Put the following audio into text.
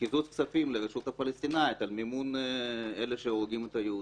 לקיזוז כספים לרשות הפלסטינית על מימון אלה שהורגים את היהודים.